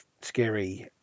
scary